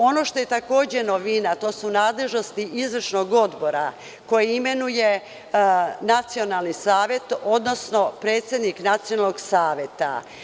Ono što je takođe novina, to su nadležnosti izvršnog odbora koje imenuje nacionalni savet, odnosno predsednik nacionalnog saveta.